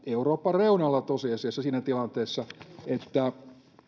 euroopan reunalla tosiasiassa siinä tilanteessa että